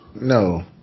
No